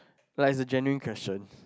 like it's a genuine question